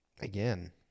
again